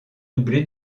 doublé